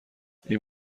این